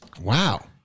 Wow